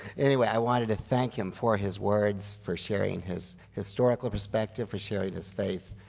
anyway, i wanted to thank him for his words, for sharing his historical perspective, for sharing his faith,